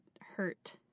hurt